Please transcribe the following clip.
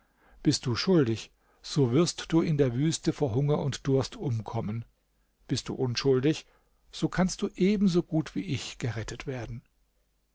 bist du schuldig so wirst du in der wüste vor hunger und durst umkommen bist du unschuldig so kannst du ebenso gut wie ich gerettet werden